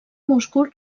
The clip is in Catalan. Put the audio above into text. múscul